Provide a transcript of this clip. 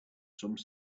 some